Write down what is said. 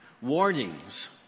warnings